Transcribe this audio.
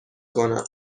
کنم